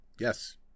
yes